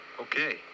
Okay